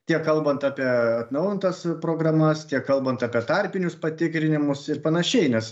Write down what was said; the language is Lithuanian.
tiek kalbant apie atnaujintas programas tiek kalbant apie tarpinius patikrinimus ir panašiai nes